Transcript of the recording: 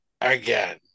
again